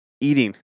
Eating